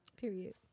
period